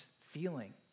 feeling